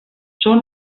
són